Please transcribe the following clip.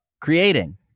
creating